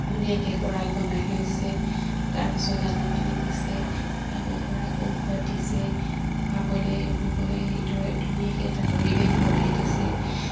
ধুনীয়াকে গঁৰাল বনাই লৈছে তাৰপাছত দানা পানী দিছে হাঁহ কুকুৰাক ঔষধ দিছে খোৱাবলে শুবলে এইদৰে ধুনীয়াকে এটা পৰিৱেশ বনাই দিছে